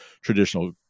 traditional